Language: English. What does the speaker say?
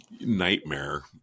nightmare